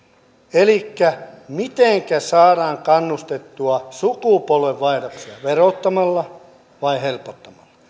elikkä mitenkä saadaan kannustettua sukupolvenvaihdoksia verottamalla vai helpottamalla